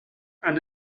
han